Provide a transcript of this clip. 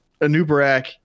Anubarak